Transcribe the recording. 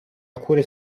alcune